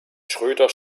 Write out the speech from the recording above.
schröder